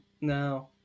no